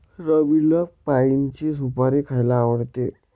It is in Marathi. रवीला पाइनची सुपारी खायला आवडते